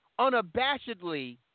unabashedly